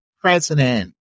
president